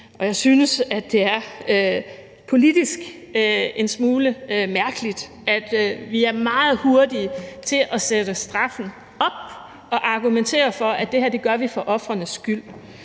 jeg synes, at det politisk er en smule mærkeligt, at vi er meget hurtige til at sætte straffen op og argumentere for, at det her gør vi for ofrenes skyld,